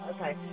Okay